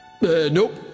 nope